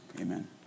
amen